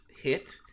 hit